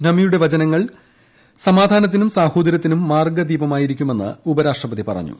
നബിയുടെ വചനങ്ങൾ സമാധാനത്തിനും സാഹോദരൃത്തിനും മാർഗ്ഗദീപമായിരിക്കുമെന്ന് ഉപരാഷ്ട്രപതി പറഞ്ഞു